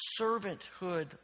servanthood